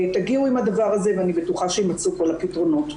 תגיעו עם הדבר הזה ואני בטוחה שיימצאו כל הפתרונות.